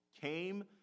came